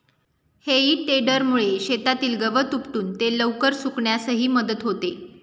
हेई टेडरमुळे शेतातील गवत उपटून ते लवकर सुकण्यासही मदत होते